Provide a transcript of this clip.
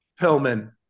Pillman